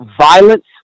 violence